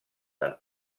dal